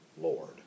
Lord